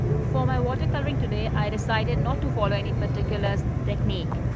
for my water coloring today. i decided not to follow any particular technique.